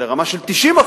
לרמה של 90%,